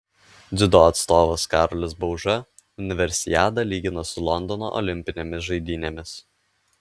dziudo atstovas karolis bauža universiadą lygina su londono olimpinėmis žaidynėmis